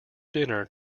dinner